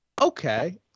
okay